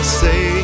say